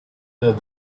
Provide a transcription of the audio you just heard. said